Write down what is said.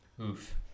oof